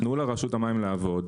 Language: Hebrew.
תנו לרשות המים לעבוד,